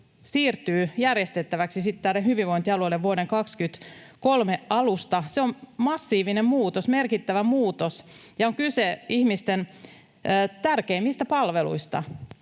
siirtyvät järjestettäväksi sitten näille hyvinvointialueille vuoden 23 alusta. Se on massiivinen muutos, merkittävä muutos, ja on kyse ihmisten tärkeimmistä palveluista,